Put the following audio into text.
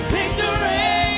Victory